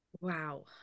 Wow